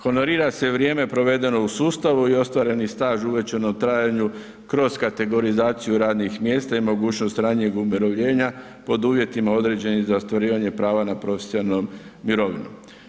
Honorira se vrijeme provedeno u sustavu i ostvareni staž uvećan u trajanju kroz kategorizaciju radnih mjesta i mogućnost ranijeg umirovljenja pod uvjetima određenim za ostvarivanje prava na profesionalnu mirovinu.